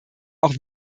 auch